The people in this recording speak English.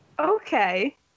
Okay